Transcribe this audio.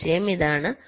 ആശയം ഇതാണ്